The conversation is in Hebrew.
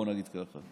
בואו נגיד ככה,